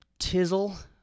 tizzle